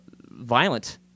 violent